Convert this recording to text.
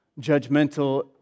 judgmental